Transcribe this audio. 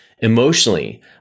Emotionally